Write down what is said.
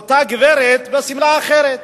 אותה גברת בשמלה אחרת.